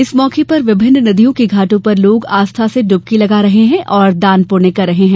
इस मौके पर विभिन्न नदियों के घाटों पर लोग आस्था से डुबकी लगा रहे हैं और दान पुण्य कर रहे है